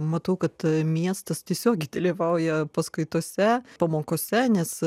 matau kad miestas tiesiogiai dalyvauja paskaitose pamokose nes